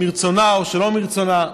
מרצונה או שלא מרצונה.